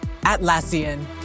Atlassian